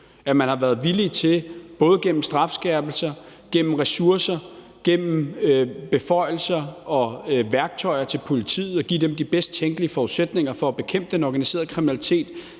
Man har været villig til både gennem strafskærpelser, gennem ressourcer og gennem beføjelser og værktøjer til politiet at give dem de bedst tænkelige forudsætninger for at bekæmpe den organiserede kriminalitet,